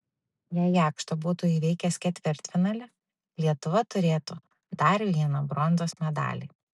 jei jakšto būtų įveikęs ketvirtfinalį lietuva turėtų dar vieną bronzos medalį